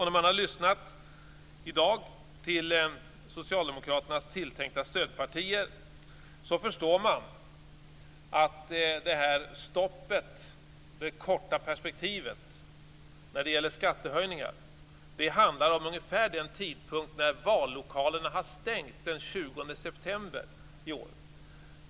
När man i dag lyssnar till Socialdemokraternas tilltänkta stödpartier förstår man att det här stoppet, det korta perspektivet när det gäller skattehöjningar, handlar om ungefär den tidpunkt när vallokalerna har stängt den 20 september i år.